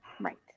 Right